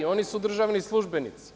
Oni su državni službenici.